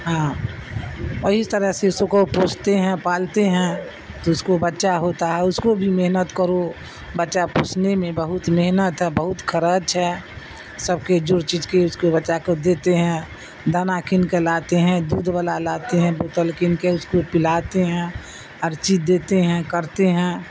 ہاں وہی طرح سے اس کو پوستے ہیں پالتے ہیں تو اس کو بچہ ہوتا ہے اس کو بھی محنت کرو بچہ پوسنے میں بہت محنت ہے بہت خرچ ہے سب کے جو چیز کے اس کو بچا کو دیتے ہیں دانہ کھین کے لاتے ہیں دودھ والا لاتے ہیں بوتل کن کے اس کو پلاتے ہیں ہر چیز دیتے ہیں کرتے ہیں